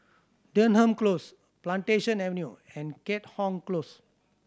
Denham Close Plantation Avenue and Keat Hong Close